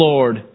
Lord